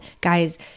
guys